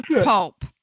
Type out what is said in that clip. pulp